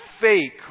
fake